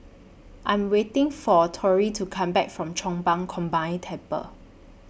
I Am waiting For Torrie to Come Back from Chong Pang Combined Temple